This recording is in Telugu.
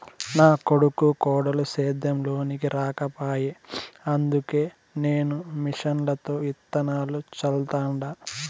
నా కొడుకు కోడలు సేద్యం లోనికి రాకపాయె అందుకే నేను మిషన్లతో ఇత్తనాలు చల్లతండ